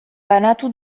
banatu